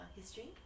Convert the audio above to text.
history